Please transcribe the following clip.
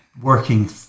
working